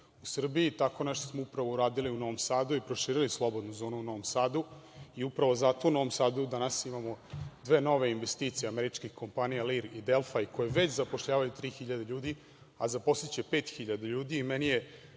u Srbiji. Tako nešto smo upravo uradili u Novom Sadu i proširili slobodnu zonu u Novom Sadu i upravo zato u Novom Sadu danas imamo dve nove investicije američkih kompanija „Lir“ i „Delfa“ i koje već zapošljavaju tri hiljade ljudi, a zaposliće pet hiljada ljudi. Meni je